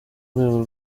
rwego